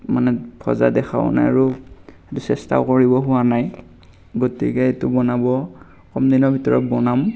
মানে ভজা দেখাও নাই আৰু সেইটো চেষ্টাও কৰিব হোৱা নাই গতিকে সেইটো বনাব কম দিনৰ ভিতৰত বনাম